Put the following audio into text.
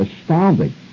astounding